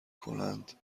کنند